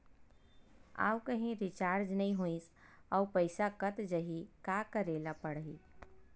आऊ कहीं रिचार्ज नई होइस आऊ पईसा कत जहीं का करेला पढाही?